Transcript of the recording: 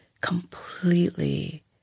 completely